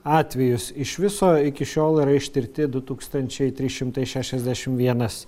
atvejus iš viso iki šiol yra ištirti du tūkstančiai trys šimtai šešiasdešimt vienas